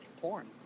porn